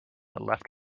left